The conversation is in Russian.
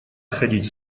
сходить